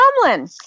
Tomlin